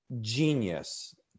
genius